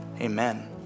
Amen